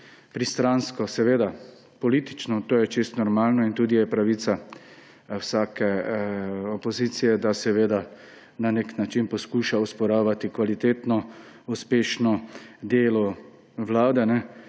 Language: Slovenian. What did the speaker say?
pristransko, seveda politično. To je čisto normalno in je tudi pravica vsake opozicije, da na nek način poskuša osporavati kvalitetno, uspešno delo vlade.